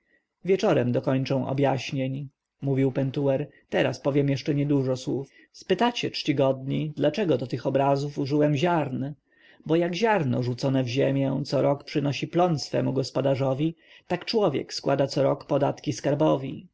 wieczorem dokończę objaśnień mówił pentuer teraz powiem jeszcze niedużo słów spytacie czcigodni dlaczego do tych obrazów użyłem ziarn bo jak ziarno rzucone w ziemię co rok przynosi plon swemu gospodarzowi tak człowiek składa co rok podatki skarbowi